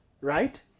right